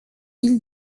ile